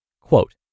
Quote